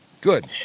good